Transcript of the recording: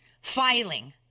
filing